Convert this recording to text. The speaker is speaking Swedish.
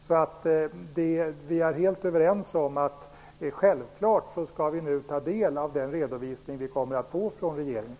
Vi är alltså helt överens om att vi nu skall ta del av den redovisning som vi kommer att få från regeringen.